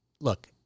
look